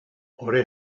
ore